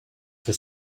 for